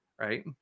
right